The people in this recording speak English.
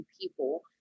people